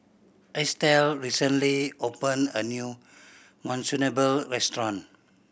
Estelle recently opened a new Monsunabe Restaurant